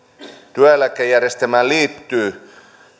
työeläkejärjestelmään on liittynyt